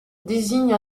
désigne